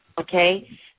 Okay